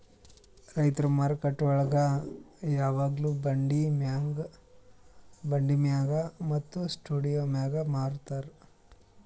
ರೈತುರ್ ಮಾರುಕಟ್ಟೆಗೊಳ್ ಯಾವಾಗ್ಲೂ ಬಂಡಿ ಮ್ಯಾಗ್ ಮತ್ತ ಸ್ಟಾಂಡ್ ಮ್ಯಾಗ್ ಮಾರತಾರ್